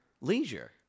leisure